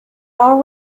all